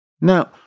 Now